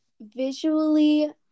visually